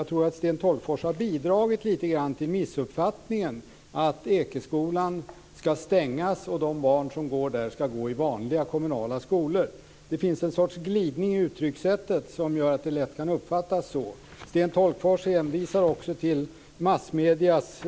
Jag tror att Sten Tolgfors lite grann har bidragit till missuppfattningen att Ekeskolan ska stängas och att de barn som går där ska gå i vanliga kommunala skolor. Det finns en glidning i uttryckssättet som gör att det lätt kan uppfattas så. Sten Tolgfors hänvisar också till massmediernas